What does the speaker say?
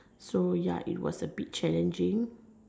so ya it was a bit challenging